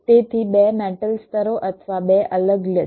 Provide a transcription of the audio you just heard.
તેથી 2 મેટલ સ્તરો અથવા 2 અલગ લિસ્ટ